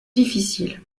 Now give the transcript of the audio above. difficile